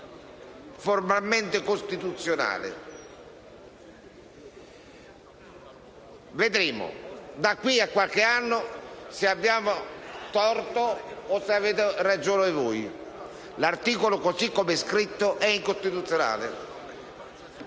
formalmente costituzionale. Vedremo, da qui a qualche anno, se abbiamo torto noi o se avete ragione voi: l'articolo così come scritto - a nostro